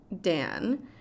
dan